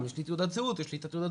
יש לי תעודת זהות שלו,